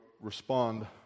respond